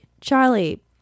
Charlie